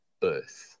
birth